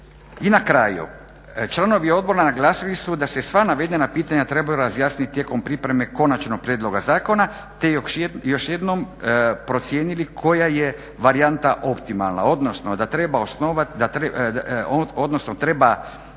I na kraju, članovi odbora naglasili su da se sva navedena pitanja trebaju razjasniti tijekom pripreme konačnog prijedloga zakona te još jednom procijenili koja je varijanta optimalna, odnosno treba li osnovati vijeće